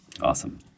Awesome